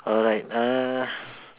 alright uh